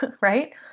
right